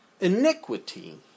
Iniquity